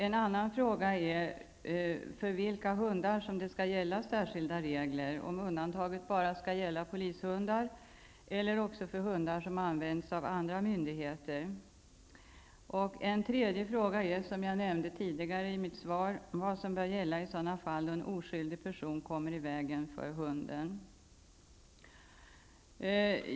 En annan fråga är för vilka hundar som det skall gälla särskilda regler, om undantaget bara skall gälla polishundar eller också för hundar som används av andra myndigheter. En tredje fråga är, som jag nämnde i mitt svar, vad som bör gälla i sådana fall då en oskyldig person kommer i vägen för hunden.